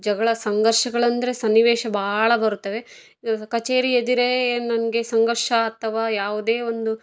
ಜಗಳ ಸಂಘರ್ಷಗಳಂದ್ರೆ ಸನ್ನಿವೇಶ ಭಾಳ ಬರ್ತವೆ ಕಚೇರಿ ಎದುರೇ ಏನು ನನಗೆ ಸಂಘರ್ಷ ಅಥವಾ ಯಾವುದೇ ಒಂದು